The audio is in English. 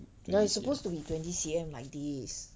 ya it's supposed to be twenty C_M like this